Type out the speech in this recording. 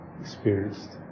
experienced